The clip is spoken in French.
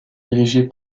dirigé